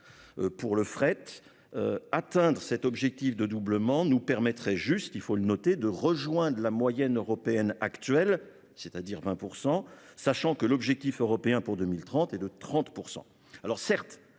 Pour le fret. Atteindre cet objectif de doublement nous permettrait juste il faut le noter, de rejoindre la moyenne européenne actuelle, c'est-à-dire 20% sachant que l'objectif européen pour 2030 et de 30%. Alors certes,